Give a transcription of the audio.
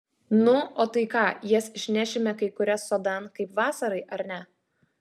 nu o tai ką jas išnešime kai kurias sodan kaip vasarai ar ne